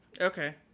Okay